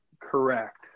correct